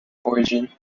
origin